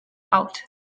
out